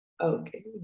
Okay